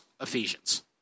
Ephesians